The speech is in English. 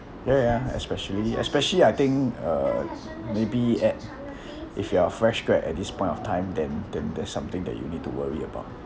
ya ya especially especially I think uh maybe at if you are a fresh grad at this point of time then then there's something that you need to worry about